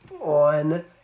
on